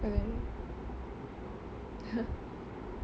as in